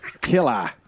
Killer